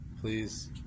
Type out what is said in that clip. please